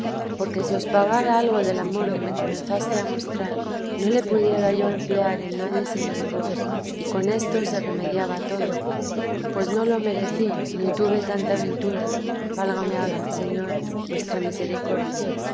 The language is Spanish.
porque si os pagara algo del amor que me comenzastes a mostrar no le pudiera yo emplear en nadie sino en vos y con esto se remediaba todo pues no lo merecí ni tuve tanta ventura válgame ahora señor vuestra misericordia